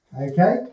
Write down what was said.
Okay